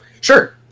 Sure